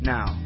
Now